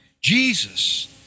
Jesus